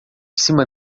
cima